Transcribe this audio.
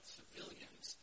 civilians